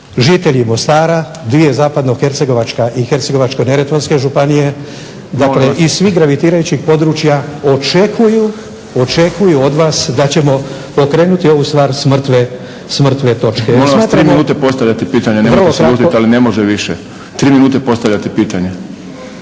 žitelji Mostara, dvije zapadno-hercegovačka i hercegovačko-neretvanske županije, dakle iz svih gravitirajućih područja očekuju od vas da ćemo pokrenuti ovu stvar s mrtve točke. …/Upadica predsjednik: Molim vas tri minute postavljate pitanje. Nemojte se ljutiti, ali ne može više./… Vrlo kratko.